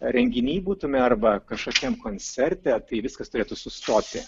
renginy būtume arba kažkokiam koncerte tai viskas turėtų sustoti